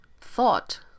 thought